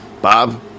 Bob